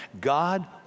God